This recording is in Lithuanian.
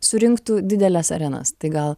surinktų dideles arenas tai gal